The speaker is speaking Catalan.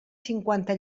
cinquanta